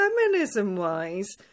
feminism-wise